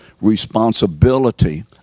responsibility